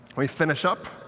we finish up,